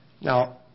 Now